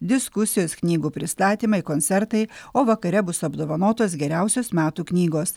diskusijos knygų pristatymai koncertai o vakare bus apdovanotos geriausios metų knygos